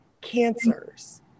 cancers